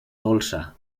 dolça